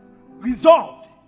resolved